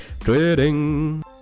trading